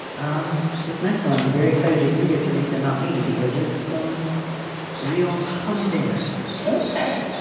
um this next one, i'm very excited that you get to read and not me because it's um a real humdinger ok.